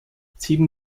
sieben